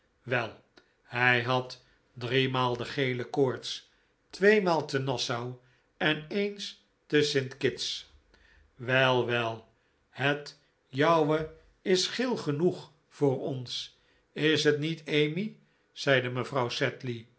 wel hij had driemaal de gele koorts tweemaal te nassau en eens te st kitts wel wel het jouwe is geel genoeg voor ons is het niet emmy zeide mevrouw